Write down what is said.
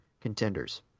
contenders